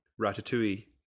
Ratatouille